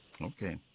Okay